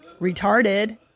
retarded